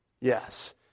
Yes